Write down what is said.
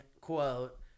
quote